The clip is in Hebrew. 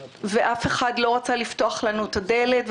אף אחד לא רצה לפתוח לנו את הדלת,